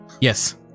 Yes